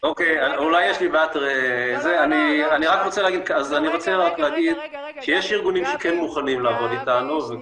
--- אני רוצה להגיד שיש ארגונים שכן מוכנים לעבוד איתנו,